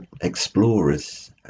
explorers